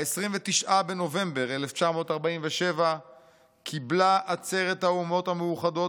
"ב-29 בנובמבר 1947 קיבלה עצרת האומות המאוחדות